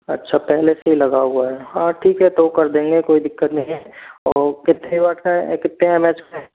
अच्छा पहले से ही लगा हुआ है हाँ ठीक है तो कर देंगे कोई दिक्कत नहीं है और कितने वॉट का है कितने एम ए एच का है